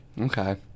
Okay